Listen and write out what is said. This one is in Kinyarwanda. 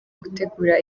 gutegura